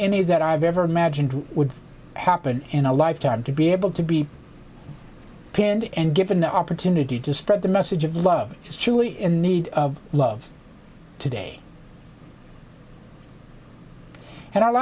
any that i've ever imagined would happen in a lifetime to be able to be pinned and given the opportunity to spread the message of love is truly in need of love today and